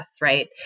right